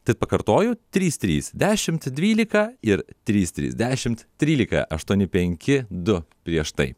tik pakartoju trys trys dešimt dvylika ir trys trys dešimt trylika aštuoni penki du prieš tai